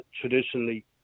traditionally